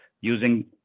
using